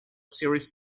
series